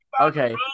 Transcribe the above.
Okay